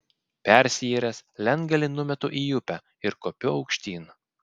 persiyręs lentgalį numetu į upę ir kopiu aukštyn